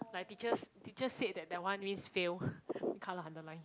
like teachers teachers said that that one means fail red colour underline